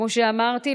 כמו שאמרתי,